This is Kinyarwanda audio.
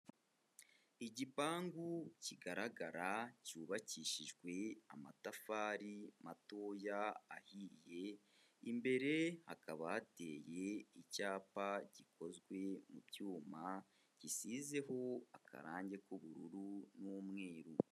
Igipangu kigaragara cyubakishijwe amatafari matoya ahiye, imbere hakaba hateye icyapa gikozwe mu byuma, gisizeho akarangi k'ubururu n'umweru.